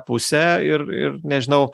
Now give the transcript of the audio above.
pusę ir ir nežinau